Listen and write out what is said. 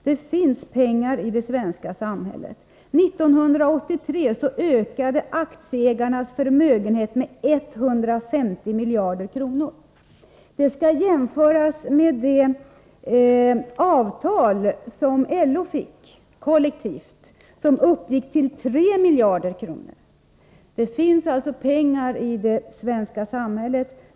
Det finns pengar i det svenska samhället. År 1983 ökade aktieägarnas förmögenhet med 150 miljarder kronor. Det skall jämföras med det kollektivavtal som LO fick, som uppgick till 3 miljarder kronor. Det finns alltså pengar i det svenska samhället.